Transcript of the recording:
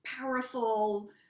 powerful